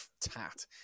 tat